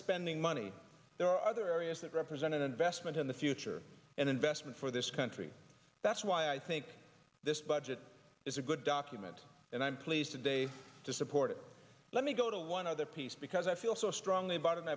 spending money there are other areas that represent an investment in the future and investment for this country that's why i think this budget is a good document and i'm pleased today to support it let me go to one other piece because i feel so strongly about